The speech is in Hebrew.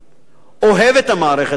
אוהב את המערכת החרדית,